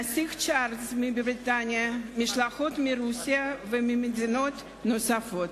את הנסיך צ'רלס מבריטניה ומשלחות מרוסיה וממדינות נוספות.